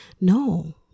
no